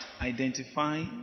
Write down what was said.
identify